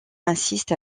assiste